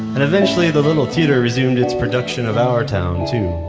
and eventually, the little theater resumed its production of our town too.